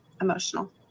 emotional